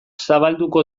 zabalduko